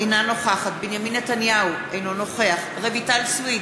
אינה נוכחת בנימין נתניהו, אינו נוכח רויטל סויד,